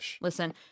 Listen